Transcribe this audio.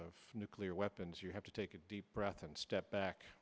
of nuclear weapons you have to take a deep breath and step back